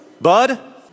Bud